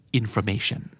information